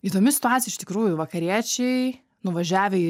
įdomi situacija iš tikrųjų vakariečiai nuvažiavę